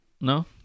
No